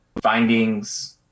findings